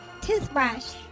Toothbrush